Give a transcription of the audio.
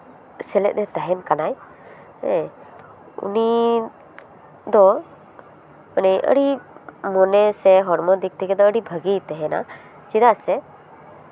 ᱥᱮᱞᱮᱫᱼᱮ ᱛᱟᱦᱮᱱ ᱠᱟᱱᱟᱭ ᱦᱮᱸ ᱩᱱᱤ ᱫᱚ ᱢᱟᱱᱮ ᱟᱹᱰᱤ ᱢᱚᱱᱮ ᱥᱮ ᱦᱚᱲᱢᱚ ᱫᱤᱠ ᱛᱷᱮᱠᱮ ᱫᱚ ᱟᱹᱰᱤ ᱵᱷᱟᱜᱮᱭ ᱛᱟᱦᱮᱱᱟ ᱪᱮᱫᱟᱜ ᱥᱮ